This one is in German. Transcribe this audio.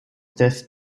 test